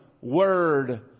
Word